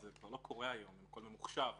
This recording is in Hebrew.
זה כבר לא קורה היום, הכול ממוחשב.